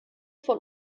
von